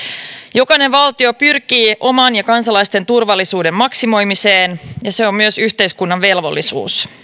jokainen valtio pyrkii oman ja sen kansalaisten turvallisuuden maksimoimiseen ja se myös on yhteiskunnan velvollisuus